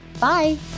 Bye